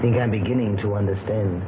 think i am beginning to understand